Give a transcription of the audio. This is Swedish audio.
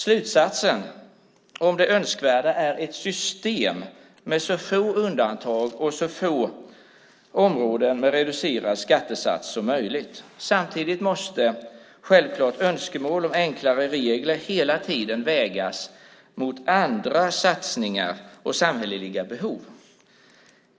Slutsatsen om det önskvärda är ett system med så få undantag och så få områden med reducerad skattesats som möjligt. Samtidigt måste självklart önskemål om enklare regler hela tiden vägas mot andra satsningar och samhälleliga behov.